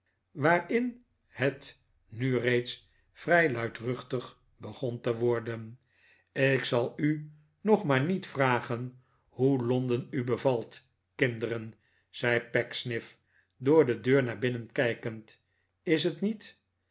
waarin het nu reeds vrij luidruchtig begon te worden ik zal u nog maar niet vragen hoe londen u bevalt kinderen zei pecksniff door de deur naar binnen kijkend is t niet